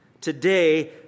Today